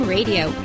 Radio